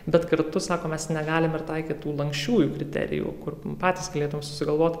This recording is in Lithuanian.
bet kartu sako mes negalim ir taikyt tų lanksčiųjų kriterijų kur patys galėtum sugalvot